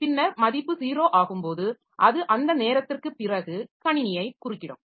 பின்னர் மதிப்பு 0 ஆகும்போது அது அந்த நேரத்திற்கு பிறகு கணினியை குறுக்கிடும்